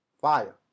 Fire